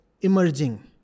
emerging